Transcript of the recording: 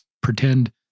pretend